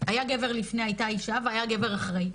היה גבר לפני, הייתה אישה, והיה גבר אחרי.